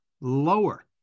lower